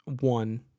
one